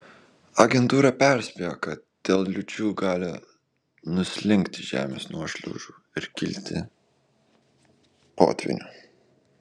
agentūra perspėjo kad dėl liūčių gali nuslinkti žemės nuošliaužų ir kilti potvynių